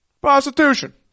prostitution